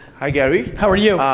hi, gary. how are you?